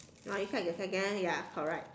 or inside the second ya correct